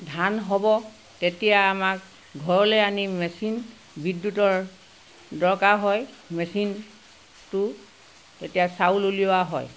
ধান হ'ব তেতিয়া আমাক ঘৰলৈ আনি মেচিন বিদ্যুতৰ দৰকাৰ হয় মেচিনটো তেতিয়া চাউল উলিওৱা হয়